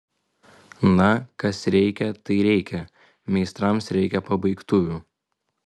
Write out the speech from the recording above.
na kas reikia tai reikia meistrams reikia pabaigtuvių